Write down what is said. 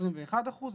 21 אחוזים.